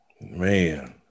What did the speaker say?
Man